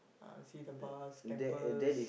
uh see the bars temples